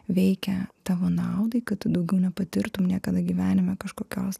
veikia tavo naudai kad daugiau nepatirtum niekada gyvenime kažkokios